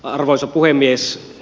arvoisa puhemies